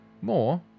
more